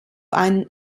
einen